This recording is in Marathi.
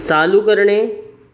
चालू करणे